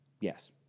Yes